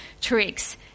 tricks